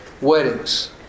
Weddings